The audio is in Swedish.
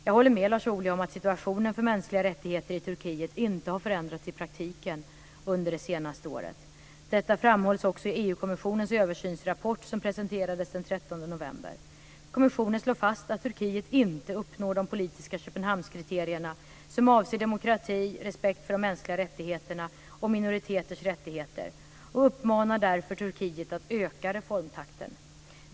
Jag håller med Lars Ohly om att situationen för mänskliga rättigheter i Turkiet inte har förändrats i praktiken under det senaste året. Detta framhålls också i EU-kommissionens översynsrapport, som presenterades den 13 november. Kommissionen slår fast att Turkiet inte uppnår de politiska Köpenhamnskriterierna, som avser demokrati, respekt för de mänskliga rättigheterna och minoriteters rättigheter, och uppmanar därför Turkiet att öka reformtakten.